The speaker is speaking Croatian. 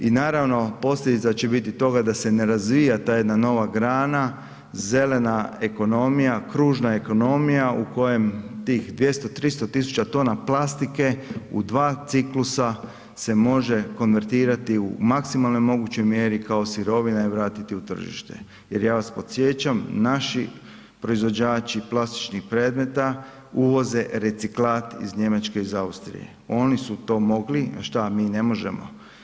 I naravno, posljedica će biti toga da se ne razvija ta jedna nova grana, zelena ekonomija, kružna ekonomija, kružna ekonomija u kojem tih 200, 300 000 tona plastike u dva ciklusa se može konvertirati u maksimalno mogućoj mjeri kao sirovina i vratiti u tržište jer ja vas podsjećam, naši proizvođači plastičnih predmeta uvoze reciklat iz Njemačke i iz Austrije, oni su to mogli, šta mi ne možemo?